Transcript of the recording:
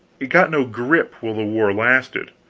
got no grip, while the war lasted.